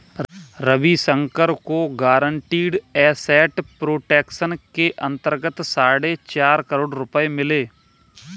रविशंकर को guaranteed asset protection के अंतर्गत साढ़े चार करोड़ रुपये मिले